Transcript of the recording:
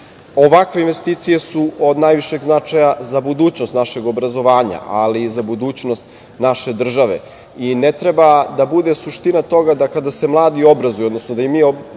status. Ovakve investicije su od najvišeg značaja za budućnost našeg obrazovanja, ali i za budućnost naše države. Ne treba da bude suština toga da kada se mladi obrazuju, odnosno da im mi obezbedimo